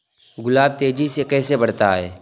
गुलाब तेजी से कैसे बढ़ता है?